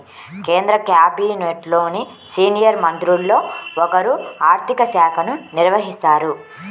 కేంద్ర క్యాబినెట్లోని సీనియర్ మంత్రుల్లో ఒకరు ఆర్ధిక శాఖను నిర్వహిస్తారు